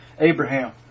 Abraham